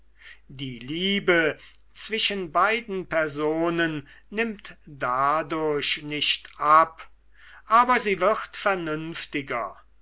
die liebe zwischen beiden personen nimmt dadurch nicht ab aber sie wird vernünftiger